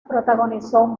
protagonizó